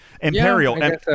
Imperial